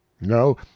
no